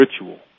ritual